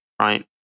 right